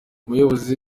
umuyobozi